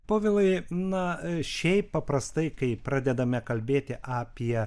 povilai na šiaip paprastai kai pradedame kalbėti apie